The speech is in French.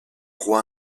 roi